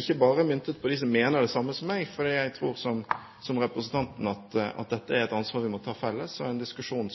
ikke bare myntet på dem som mener det samme som meg. Jeg tror – som representanten – at dette er et ansvar vi må ta sammen, og en diskusjon